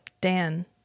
dan